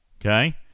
Okay